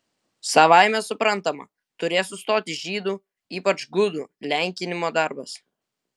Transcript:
savaime suprantama turės sustoti žydų ypač gudų lenkinimo darbas